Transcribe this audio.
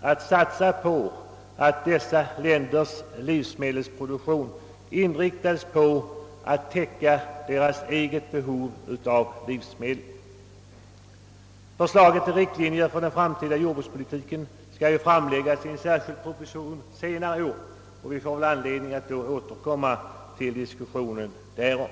att satsa på att dessa länders livsmedelsproduktion inriktas på att täcka deras egna behov av livsmedel? Förslaget om riktlinjer för den framtida jordbrukspolitiken skall ju framläggas i en särskild proposition senare i år, och vi får anledning att då återkomma till diskussionen därom.